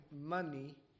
money